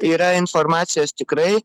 yra informacijos tikrai